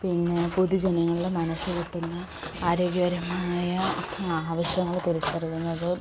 പിന്നെ പൊതുജനങ്ങളുടെ മനസ്സിലൂട്ടുന്ന ആരോഗ്യപരമായ ആവശ്യങ്ങൾ തിരിച്ചറിയുന്നത്